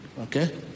Okay